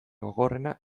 gogorrena